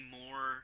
more